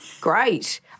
Great